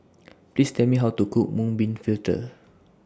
Please Tell Me How to Cook Mung Bean Fritters